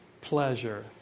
pleasure